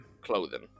clothing